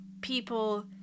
people